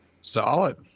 solid